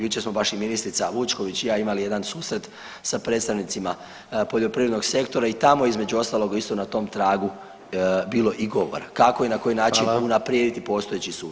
Jučer smo baš i ministrica Vučković i ja imali jedan susret sa predstavnicima poljoprivrednog sektora i tamo između ostaloga isto na tom tragu bilo i govora, kako i na koji način unaprijediti [[Upadica: Hvala vam.]] postojeći sustav.